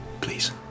please